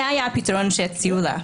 זה היה הפתרון שהציעו לה.